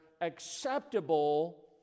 acceptable